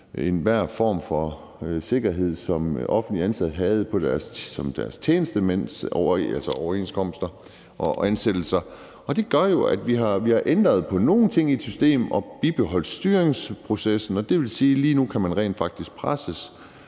enhver form for sikkerhed, som offentligt ansatte havde i deres tjenestemandsoverenskomster og -ansættelser, og det gør jo, at vi har ændret på nogle ting i systemet og har bibeholdt styringsprocessen, og det vil rent faktisk sige,